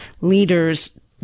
leaders